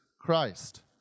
Christ